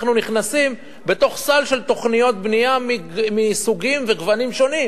אנחנו נכנסים בתוך סל של תוכניות בנייה מסוגים וגוונים שונים.